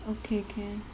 okay can